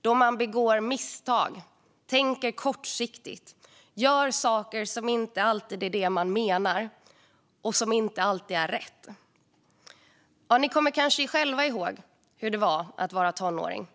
då man begår misstag, tänker kortsiktigt och gör saker som inte alltid är det man menar och som inte alltid är rätt. Ni kommer kanske själva ihåg hur det var att vara tonåring.